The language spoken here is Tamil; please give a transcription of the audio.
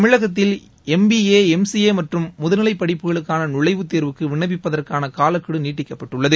தமிழகத்தில் M B A M C A மற்றும் முதுநிலை படிப்புகளுக்கான நுழழவுத் தேர்வுக்கு விண்ணப்பிப்பதற்கான காலக்கெடு நீட்டிக்கப்பட்டுள்ளது